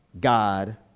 God